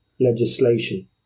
legislation